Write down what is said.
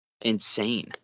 insane